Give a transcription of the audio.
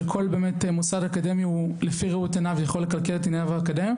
שכל מוסד אקדמי לפי ראות עיניו יכול לכלכל את ענייניו האקדמיים,